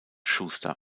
schuster